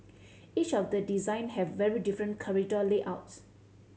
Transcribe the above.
each of the design have very different corridor layouts